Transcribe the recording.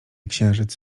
księżyc